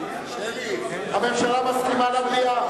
הממשלה מסכימה למליאה?